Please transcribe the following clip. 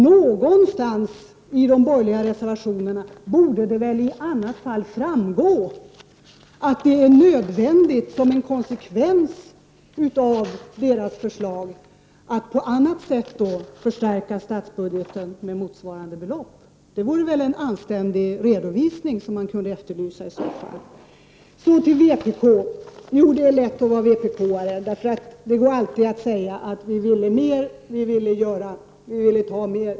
Någonstans i de borgerliga reservationerna borde det väl i annat fall framgå att det, som en konsekvens av deras förslag, är nödvändigt att på annat sätt förstärka statsbudgeten med motsvarande belopp. Det vore väl en anständig redovisning som man kunde efterlysa. Det är lätt att vara vpk:are, säger Lars Bäckström. Jo, det går alltid att säga att man ville mer, att man ville göra mer och att man ville ta mer.